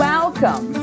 Welcome